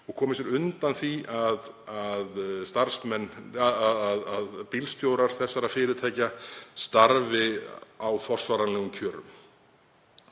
og komið sér undan því að bílstjórar þessara fyrirtækja starfi á forsvaranlegum kjörum.